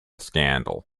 scandal